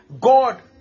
God